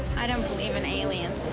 i don't believe in aliens